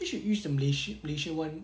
actually should use the malaysia malaysia [one]